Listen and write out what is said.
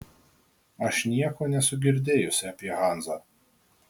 aš nieko nesu girdėjusi apie hanzą